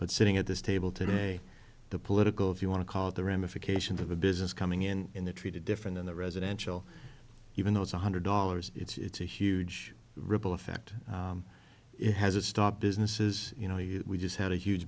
but sitting at this table today the political if you want to call it the ramifications of a business coming in in the treated different in the residential even though it's one hundred dollars it's a huge ripple effect it has a stop businesses you know we just had a huge